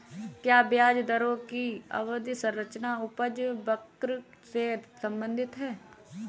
क्या ब्याज दरों की अवधि संरचना उपज वक्र से संबंधित है?